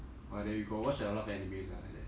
!wah! then you got watch a lot of animes ah like that